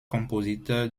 compositeur